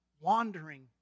wandering